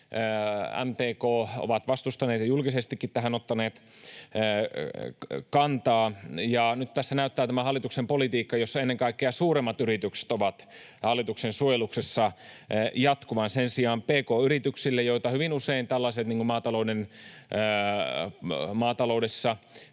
MTK — ovat vastustaneet ja julkisestikin ottaneet tähän kantaa. Nyt tässä näyttää tämä hallituksen politiikka, jossa ennen kaikkea suuremmat yritykset ovat hallituksen suojeluksessa, jatkuvan. Sen sijaan nimenomaan pk-yritykset, joita hyvin usein tällaiset maataloudessa,